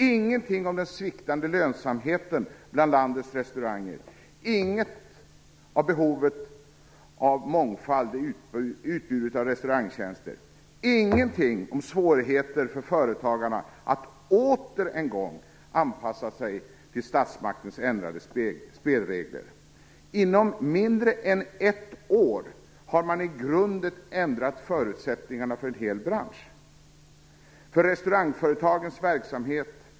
Ingenting om den sviktande lönsamheten bland Sveriges restauranger! Inget om behovet av mångfald i utbudet av restaurangtjänser! Ingenting om svårigheterna för företagarna att åter en gång anpassa sig till statsmaktens ändrade spelregler! Inom mindre än ett år har man i grunden ändrat förutsättningarna för en hel bransch och för restaurangföretagens verksamhet.